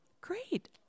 Great